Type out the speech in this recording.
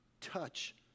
touch